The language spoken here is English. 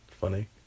funny